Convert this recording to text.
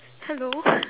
hello